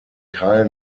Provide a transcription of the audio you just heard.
keil